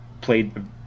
played